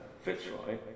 Fitzroy